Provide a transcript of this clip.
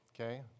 okay